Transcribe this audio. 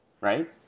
right